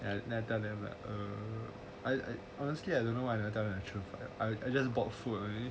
ya then I tell them like err I honestly I don't know why I never tell the truth I I just bought food